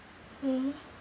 mmhmm